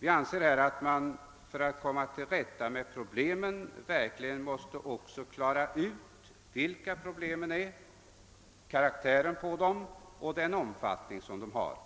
Vi anser att man för att komma till rätta med problemen verkligen måste klara ut vilka de är, vad de har för karaktär och vilken omfattning de har.